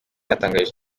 yatangarije